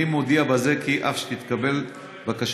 אני מודיע בזה כי אם תתקבל בקשתי,